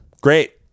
Great